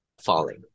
falling